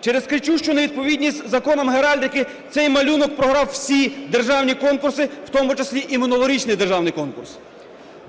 Через кричущу невідповідність законам геральдики цей малюнок програв всі державні конкурси, в тому числі і минулорічний державний конкурс.